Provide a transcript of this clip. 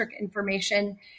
information